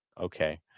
Okay